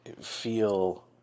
feel